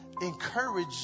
encourage